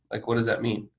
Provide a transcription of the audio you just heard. like what does that mean?